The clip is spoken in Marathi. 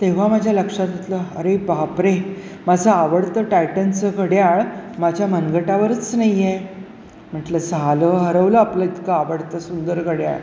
तेव्हा माझ्या लक्षात हतलं अरे बाप रे माझं आवडतं टायटनचं घड्याळ माझ्या मनगटावरच नाही आहे म्हटलं झालं हरवलं आपलं इतकं आवडतं सुंदर घड्याळ